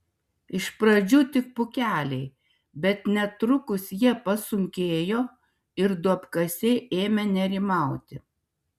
iš pradžių tik pūkeliai bet netrukus jie pasunkėjo ir duobkasiai ėmė nerimauti